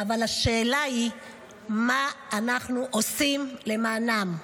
אבל השאלה היא מה אנחנו עושים למענם.